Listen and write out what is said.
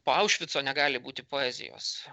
po aušvico negali būti poezijos